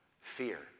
Fear